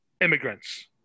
immigrants